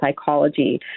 Psychology